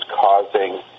causing